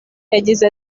yagize